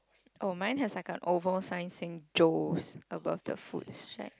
oh mine have sign like over sizing Joes above the food right